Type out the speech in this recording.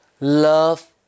love